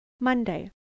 Monday